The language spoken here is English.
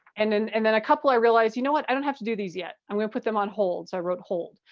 and and and then a couple i realize, you know what, i don't have to do these yet. i'm gonna put them on hold, so i wrote hold.